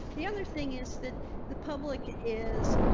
the other thing is that the public is.